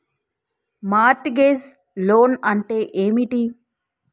Mart gauge loan అంటే ఏమిటి?